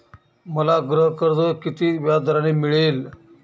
मला गृहकर्ज किती व्याजदराने मिळेल?